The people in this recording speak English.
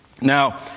now